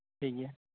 ᱴᱷᱤᱠ ᱜᱮᱭᱟ